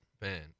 Man